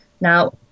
Now